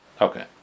Okay